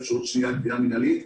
ואפשרות שנייה גבייה מנהלית.